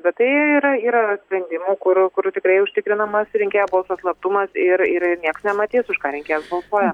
bet tai yra yra sprendimų kur kur tikrai užtikrinamas rinkėjo balso slaptumas ir niekas nematys už ką reikia balsuoja